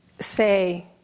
say